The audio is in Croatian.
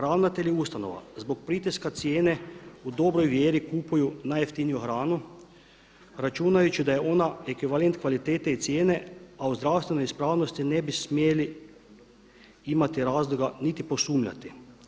Ravnatelji ustanova zbog pritiska cijene u dobroj vjeri kupuju najjeftiniju hranu, računajući da je ona ekvivalent kvalitete i cijene, a o zdravstvenoj ispravnosti ne bi smjeli imati razloga niti posumnjati.